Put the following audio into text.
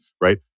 Right